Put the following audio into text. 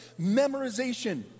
memorization